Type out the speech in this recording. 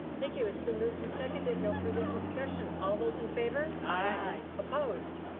thank you, it's been moved and seconded. no further discussion. all those in favor? aye. opposed?